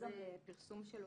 אז נשמח גם לפרסום שלו.